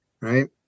right